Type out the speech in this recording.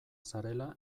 zarela